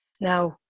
Now